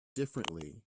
differently